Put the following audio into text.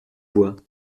bois